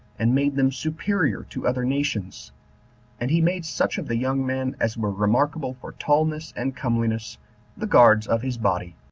and made them superior to other nations and he made such of the young men as were remarkable for tallness and comeliness the guards of his body.